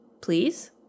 please